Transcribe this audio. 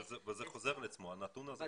וזה חוזר על עצמו האחוז הזה.